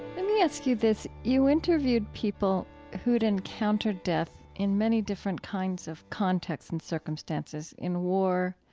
let me ask you this. you interviewed people who'd encountered death in many different kinds of contexts and circumstances in war,